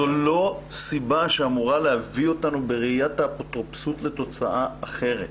זו לא סיבה שאמורה להביא אותו בראיית האפוטרופסות לתוצאה אחרת.